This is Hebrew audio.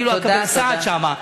אני לא אקבל סעד שם,